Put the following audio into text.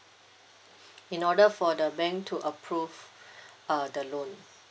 in order for the bank to approve uh the loan